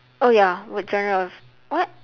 oh ya what genre of what